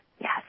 Yes